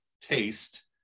taste